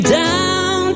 down